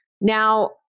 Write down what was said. Now